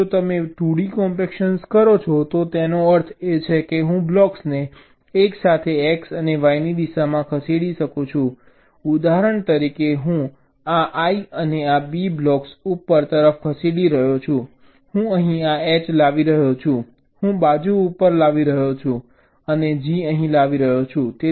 હવે જો તમે 2d કોમ્પેક્શન કરો છો તો એનો અર્થ છે કે હું બ્લોક્સને એકસાથે x અને y દિશામાં ખસેડી શકું છું ઉદાહરણ તરીકે હું આ I ને આ B બ્લોક ઉપર તરફ ખસેડી રહ્યો છું હું અહીં આ H લાવી રહ્યો છું હું બાજુ ઉપર લાવી રહ્યો છું અને G અહીં લાવી રહ્યો છું